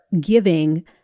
giving